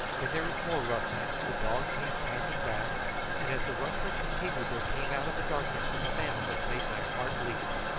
then there was more rustling, the dog came panting back and as the rustling continued there came out of the darkness a sound that made my heart leap.